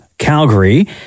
calgary